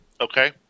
okay